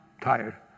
tired